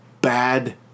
bad